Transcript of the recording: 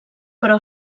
però